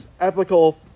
applicable